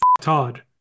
Todd